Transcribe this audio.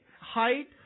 height